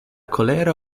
kolera